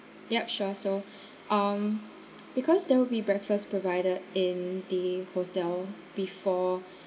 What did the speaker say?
yup sure so um because there will be breakfast provided in the hotel before